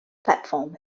platform